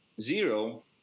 zero